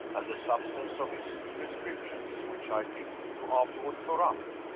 and the substance of his prescriptions which, i think, you afterward tore up?